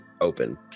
open